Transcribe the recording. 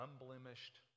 unblemished